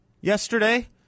yesterday